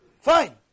Fine